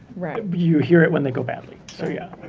you hear it when they go badly. so, yeah.